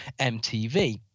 MTV